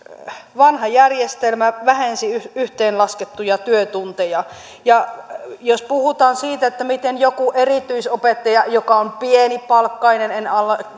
vanha järjestelmä vähensi yhteenlaskettuja työtunteja ja jos puhutaan siitä miten joku erityisopettaja joka on pienipalkkainen en